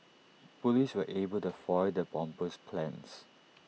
Police were able to foil the bomber's plans